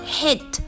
hit